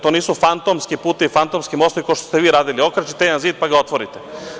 To nisu fantomski putevi, fantomski mostovi kao što ste vi radili, okrečite jedan zid pa ga otvorite.